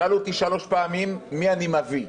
שאלו אותי את מי אני מביא,